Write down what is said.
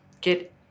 get